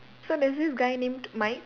so there's this guy named Mike